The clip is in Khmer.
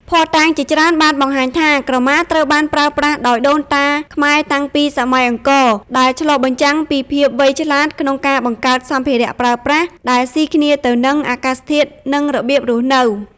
ភស្តុតាងជាច្រើនបានបង្ហាញថា ក្រមាត្រូវបានប្រើប្រាស់ដោយដូនតាខ្មែរតាំងពីសម័យអង្គរ ដែលឆ្លុះបញ្ចាំងពីភាពវៃឆ្លាតក្នុងការបង្កើតសម្ភារៈប្រើប្រាស់ដែលស៊ីគ្នាទៅនឹងអាកាសធាតុ និងរបៀបរស់នៅ។